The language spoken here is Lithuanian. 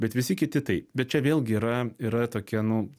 bet visi kiti tai bet čia vėlgi yra yra tokia nu